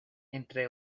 entre